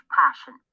passion